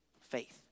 faith